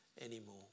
anymore